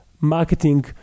marketing